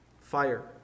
fire